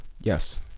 Yes